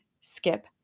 skip